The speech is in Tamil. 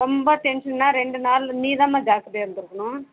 ரொம்ப டென்ஷனால் ரெண்டு நாளில் நீதான்மா ஜாக்கிரதையாக இருந்திருக்கணும்